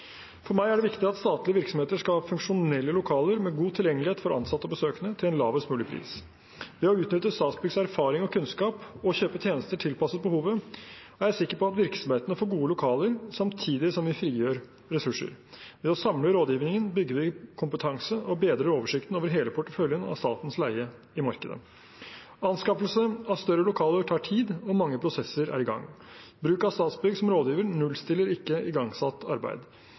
For meg er det viktig at statlige virksomheter skal ha funksjonelle lokaler med god tilgjengelighet for ansatte og besøkende, til en lavest mulig pris. Ved å utnytte Statsbyggs erfaring og kunnskap, og kjøpe tjenester tilpasset behovet, er jeg sikker på at virksomhetene får gode lokaler samtidig som vi frigjør ressurser. Ved å samle rådgivningen bygger vi kompetanse og bedrer oversikten over hele porteføljen av statens leie i markedet. Anskaffelse av større lokaler tar tid, og mange prosesser er i gang. Bruk av Statsbygg som rådgiver nullstiller ikke igangsatt arbeid.